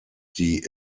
die